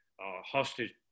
hostage